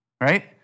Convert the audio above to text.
right